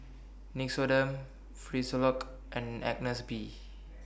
Nixoderm Frisolac and Agnes B